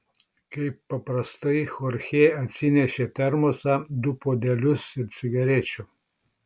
kaip paprastai chorchė atsinešė termosą du puodelius ir cigarečių